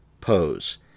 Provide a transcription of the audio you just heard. pose